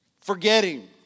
Forgetting